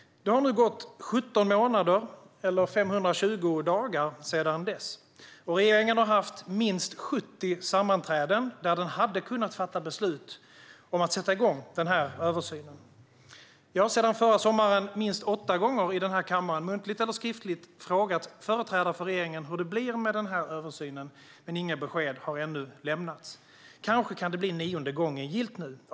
Det har gått 17 månader eller 520 dagar sedan dess. Och regeringen har haft minst 70 sammanträden där man hade kunnat fatta beslut om att sätta igång den översynen. Sedan förra sommaren har jag minst åtta gånger i den här kammaren frågat företrädare för regeringen, muntligt eller skriftligt, hur det blir med översynen. Men inga besked har lämnats ännu. Kanske kan det bli nionde gången gillt nu.